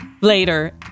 Later